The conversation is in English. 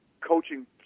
coaching